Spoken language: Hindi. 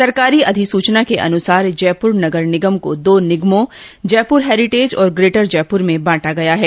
सरकारी अधिसूचना के अनुसार जयपूर नगर निगम को दो निगमों जयपूर हेरीटेज और ग्रेटर जयपुर में बांटा गया है